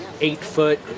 eight-foot